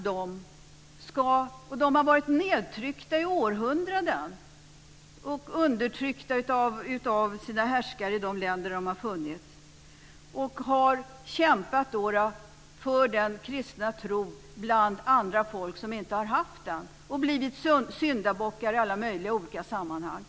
De har varit nedtryckta i århundraden och undertryckta av sina härskare i de länder där de har funnits. De har kämpat för den kristna tron bland andra folk som inte har haft den och blivit syndabockar i alla möjliga olika sammanhang.